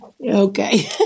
okay